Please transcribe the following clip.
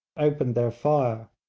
opened their fire.